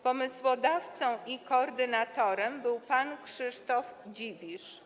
Pomysłodawcą i koordynatorem był pan Krzysztof Dziwisz.